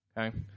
Okay